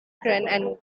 and